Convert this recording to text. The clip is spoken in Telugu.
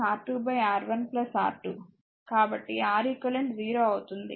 కాబట్టి R eq 0 అవుతుంది